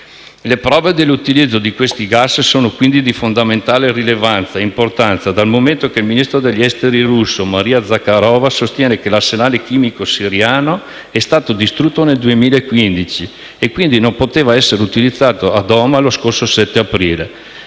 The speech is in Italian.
Le prove dell'utilizzo di questi gas sono, quindi, di fondamentale rilevanza e importanza, dal momento che il ministro degli esteri russo Maria Zakharova sostiene che l'arsenale chimico siriano è stato distrutto nel 2013 e, quindi, non può essere stato utilizzato a Douma lo scorso 7 aprile.